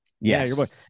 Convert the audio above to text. Yes